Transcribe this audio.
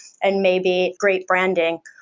and maybe great branding.